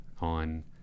on